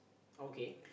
okay